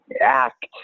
act